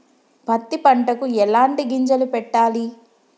పత్తి పంటకి ఎలాంటి గింజలు పెట్టాలి?